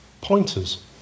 pointers